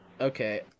okay